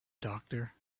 doctor